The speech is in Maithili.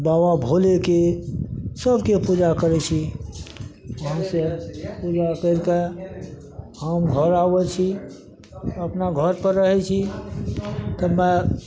बाबा भोलेके सबके पूजा करै छी माँके पूजा करि कऽ हम घर आबै छी अपना घरपर रहै छी सँग मे